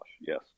yes